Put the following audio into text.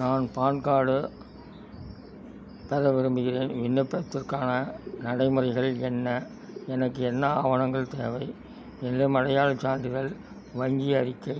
நான் PAN card பெற விரும்புகிறேன் விண்ணப்பிப்பதற்கான நடைமுறைகள் என்ன எனக்கு என்ன ஆவணங்கள் தேவை என்னிடம் அடையாளச் சான்றிதழ் வங்கி அறிக்கை